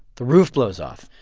the roof blows off.